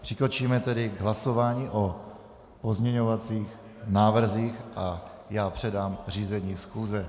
Přikročíme tedy k hlasování o pozměňovacích návrzích a já předám řízení schůze.